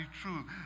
true